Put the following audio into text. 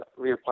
reapply